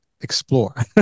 explore